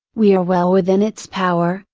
we are well within its power,